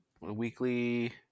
weekly